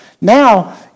Now